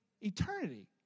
eternity